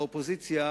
באופוזיציה,